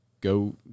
Go